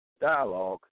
Dialogue